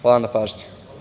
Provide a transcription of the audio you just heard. Hvala na pažnji.